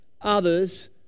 others